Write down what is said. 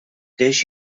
des